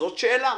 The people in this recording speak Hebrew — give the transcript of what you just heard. זאת שאלה.